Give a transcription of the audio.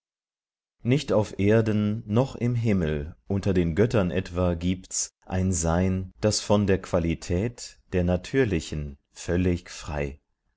nicht auf erden noch im himmel unter den göttern etwa gibt's ein sein das von der qualität der natürlichen völlig frei